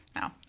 No